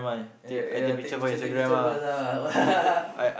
right yeah I take picture take picture first lah